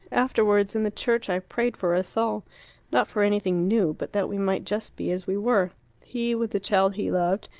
afterwards, in the church, i prayed for us all not for anything new, but that we might just be as we were he with the child he loved,